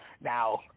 now